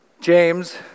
James